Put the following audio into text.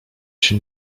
się